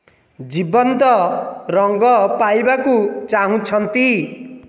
ଜୀବନ୍ତ ରଙ୍ଗ ପାଇବାକୁ ଚାହୁଁଛନ୍ତି